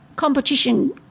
Competition